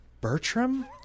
Bertram